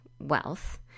wealth